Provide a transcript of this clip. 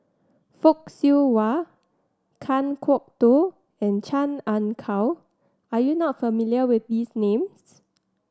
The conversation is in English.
Fock Siew Wah Kan Kwok Toh and Chan Ah Kow are you not familiar with these names